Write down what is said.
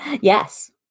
Yes